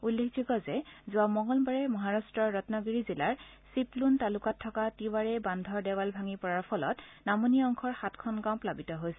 উল্লেখযোগ্য যে যোৱা মঙলবাৰে মহাৰট্টৰ ৰম্নগিৰি জিলাৰ চিপলুন তালুকাত থকা তিৱাৰে বান্ধৰ দেৱাল ভাঙি পৰাৰ ফলত নামনি অংশৰ সাতখন গাঁও প্লাবিত হৈছে